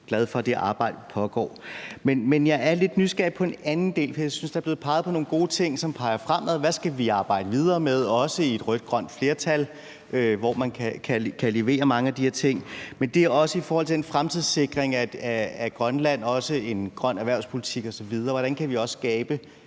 glad for, at det arbejde pågår. Men jeg er lidt nysgerrig på en anden del. Jeg synes, der er blevet peget på nogle gode ting, som peger fremad, om, hvad vi skal arbejde videre med, også i et rødt-grønt flertal, hvor man kan levere mange af de her ting. Men jeg er også nysgerrig i forhold til en fremtidssikring af Grønland og også en grøn erhvervspolitik osv.: Hvordan kan vi også her